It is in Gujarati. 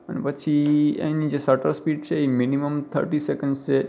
અને પછી એની જે શટર સ્પીડ છે એ મિનિમમ થર્ટી સૅકન્ડસ છે